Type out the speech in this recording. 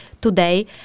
today